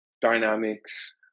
dynamics